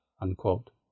unquote